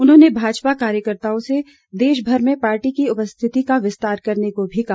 उन्होंने भाजपा कार्यकर्ताओं से देश भर में पार्टी की उपस्थिति का विस्तार करने को भी कहा